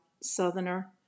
Southerner